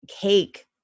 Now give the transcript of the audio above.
cake